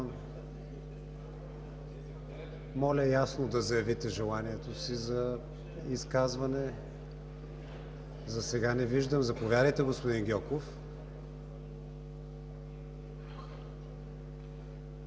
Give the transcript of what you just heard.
Моля ясно да заявите желанието си за изказване. Засега не виждам. Заповядайте, господин Гьоков.